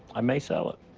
i may sell it.